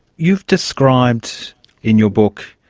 you've described in your book,